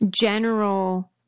general